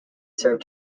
serve